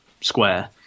square